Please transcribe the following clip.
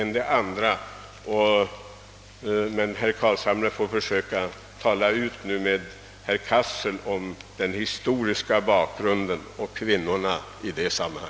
Herr Carlshamre får väl försöka tala ut med herr Cassel om den historiska bakgrunden.